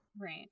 Right